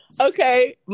Okay